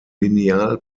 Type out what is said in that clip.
linear